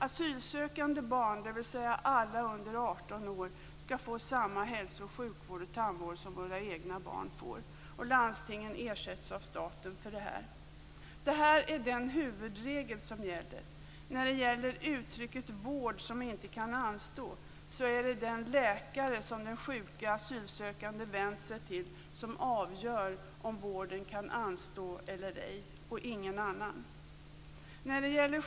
Alla asylsökande barn under 18 år skall få samma hälso och sjukvård och tandvård som våra egna barn får. Landstingen ersätts av staten för detta. Detta är den huvudregel som gäller. Beträffande uttrycket vård som inte kan anstå är det den läkare som den sjuke asylsökande vänt sig till som avgör om vården kan anstå eller ej och ingen annan.